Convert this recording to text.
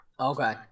Okay